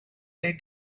their